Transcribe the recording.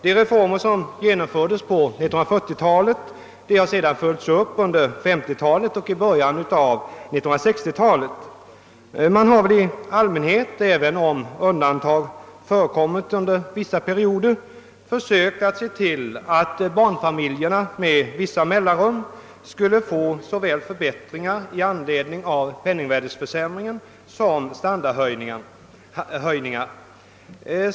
De reformer som genomfördes på 1940-talet har följts upp under 1950-talet och i början av 1960 talet. Man har väl i allmänhet, även om undantag har förekommit under vissa perioder, försökt att se till att barnfamiljerna med vissa mellanrum skulle få såväl förbättringar i anledning av penningvärdeförsämringen som <standardhöjningar.